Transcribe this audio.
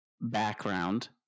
background